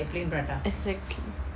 exactly